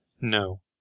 no